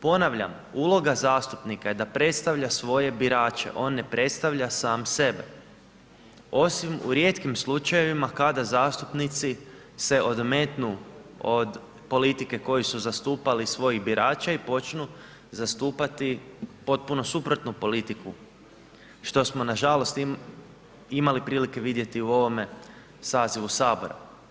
Ponavljam, uloga zastupnika je da predstavlja svoje birače, on ne predstavlja sam sebe, osim u rijetkim slučajevima, kada zastupnici se odmetnu od politike koju su zastupali svoji birača i počnu zastupati potpuno suprotnu politiku, što smo nažalost imali prilike vidjeti u ovome sazivu HS.